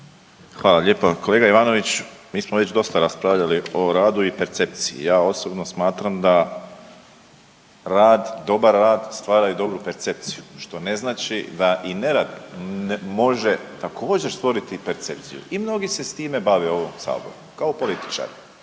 Hvala lijepa. Kolega Ivanović, mi smo već dosta raspravljali o radu i percepciji. Ja osobno smatram da rad, dobar rad stvara i dobru percepciju, što ne znači da i nerad može također stvoriti percepciju i mnogi se s time bave u ovom saboru kao političari,